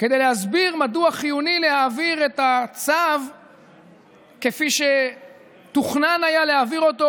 כדי להסביר מדוע חיוני להעביר את הצו כפי שתוכנן היה להעביר אותו,